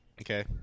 okay